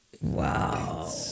Wow